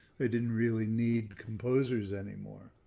they didn't really need composers anymore.